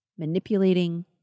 manipulating